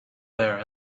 here